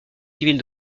civile